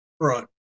right